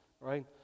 Right